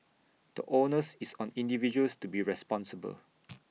the onus is on individuals to be responsible